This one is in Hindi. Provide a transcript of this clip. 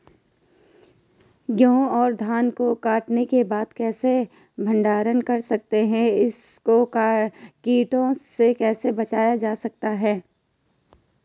गेहूँ और धान को कटाई के बाद कैसे भंडारण कर सकते हैं इसको कीटों से कैसे बचा सकते हैं?